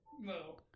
No